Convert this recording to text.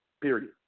Period